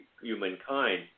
humankind